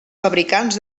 fabricants